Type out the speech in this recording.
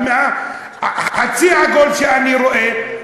חצי הכוס שאני רואה,